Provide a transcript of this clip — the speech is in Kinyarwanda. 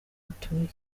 batuye